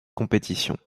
compétition